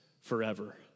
forever